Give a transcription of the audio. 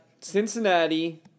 Cincinnati